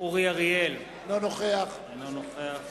אורי אריאל, אינו נוכח